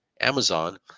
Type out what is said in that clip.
Amazon